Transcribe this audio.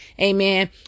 Amen